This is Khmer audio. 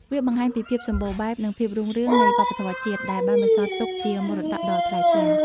វាបង្ហាញពីភាពសម្បូរបែប និងភាពរុងរឿងនៃវប្បធម៌ជាតិ ដែលបានបន្សល់ទុកជាមរតកដ៏ថ្លៃថ្លា។